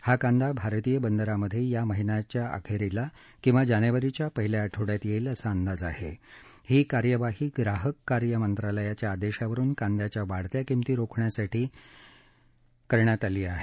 हा कांदा भारतीय बंदरांमधे या महिन्याअखेरीस किंवा जानेवारीच्या पहिल्या आठवड्यात येईल असा अंदाज आहे ही कार्यवाही ग्राहक कार्य मंत्रालयाच्या आदेशावरुन कांद्याच्या वाढत्या किंमती रोखण्यासाठी केला गेला आहे